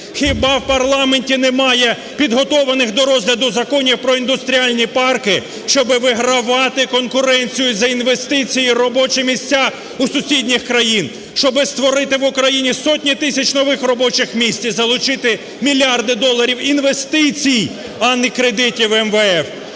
Хіба в парламенті немає підготовлених до розгляду законів про індустріальні парки, щоби вигравати конкуренцію за інвестиції і робочі місця у сусідніх країн, щоби створити в Україні сотні тисяч нових робочих місць і залучити мільярди доларів інвестицій, а не кредитів МВФ?